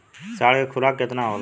साँढ़ के खुराक केतना होला?